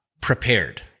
prepared